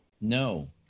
no